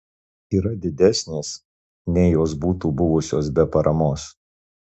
yra didesnės nei jos būtų buvusios be paramos